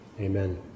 Amen